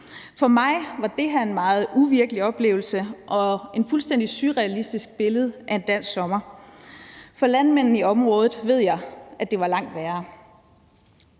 For mig var det her en meget uvirkelig oplevelse og et fuldstændig surrealistisk billede af en dansk sommer. For landmændene i området ved jeg at det var langt værre.